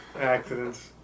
Accidents